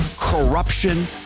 corruption